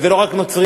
וזה לא רק נוצרים,